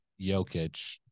Jokic